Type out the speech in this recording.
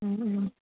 ও ও